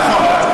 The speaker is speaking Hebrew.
נכון.